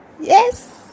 yes